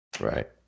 Right